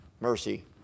mercy